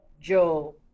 Joe